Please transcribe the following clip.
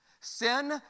Sin